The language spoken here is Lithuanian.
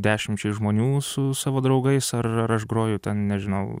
dešimčiai žmonių su savo draugais ar ar ar aš groju ten nežinau